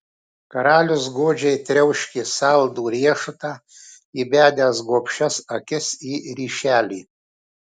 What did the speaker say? karalius godžiai triauškė saldų riešutą įbedęs gobšias akis į ryšelį